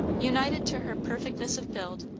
united to her perfectness of build,